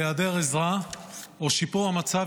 בהיעדר עזרה או שיפור המצב,